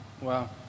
Wow